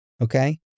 okay